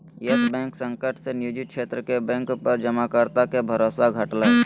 yes bank संकट से निजी क्षेत्र के बैंक पर जमाकर्ता के भरोसा घटलय